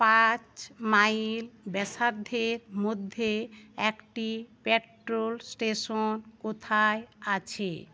পাঁচ মাইল ব্যাসার্ধের মধ্যে একটি পেট্রোল স্টেশন কোথায় আছে